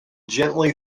gently